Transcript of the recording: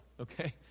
okay